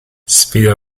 sfida